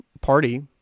party